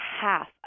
half